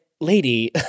lady